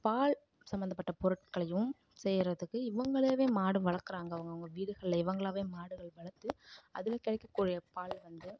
பால் சமந்தப்பட்ட பொருட்களையும் செய்கிறத்துக்கு இவங்களாவே மாடு வளர்க்குறாங்க அவங்கவுங்க வீடுகளில் இவங்களாவே மாடுகள் வளர்த்து அதில் கிடைக்க கூடிய பால் வந்து